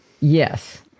Yes